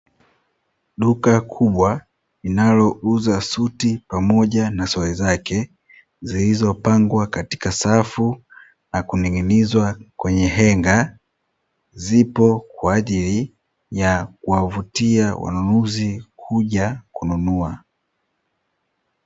Duka kubwa linalouza suti pamoja na suruali zake, zilizopangwa katika safu na kuning'inizwa kwenye henga. Zipo kwa ajili ya kuwavutia wanunuzi kuja kununua.